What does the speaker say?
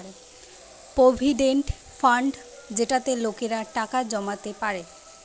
provident fund যেটাতে লোকেরা টাকা জমাতে পারে